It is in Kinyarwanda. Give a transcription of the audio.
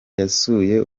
yasuye